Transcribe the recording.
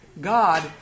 God